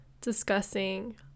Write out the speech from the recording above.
discussing